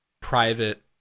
private